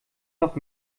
noch